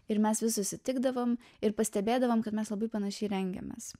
ir mes vis susitikdavom ir pastebėdavom kad mes labai panašiai rengiamės